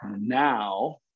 now